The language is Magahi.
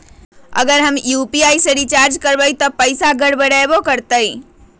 अगर हम यू.पी.आई से रिचार्ज करबै त पैसा गड़बड़ाई वो करतई?